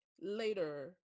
later